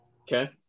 Okay